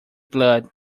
blood